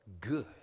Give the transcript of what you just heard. good